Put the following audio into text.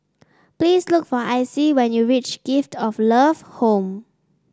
please look for Icey when you reach Gift of Love Home